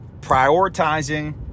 prioritizing